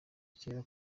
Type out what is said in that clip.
kera